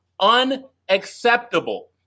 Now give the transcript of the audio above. unacceptable